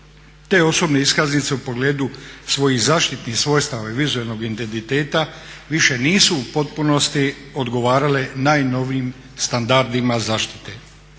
te osobne iskaznice u pogledu svojih zaštitnih svojstava i vizualnog identiteta više nisu u potpunosti odgovarale najnovijim standardima zaštite.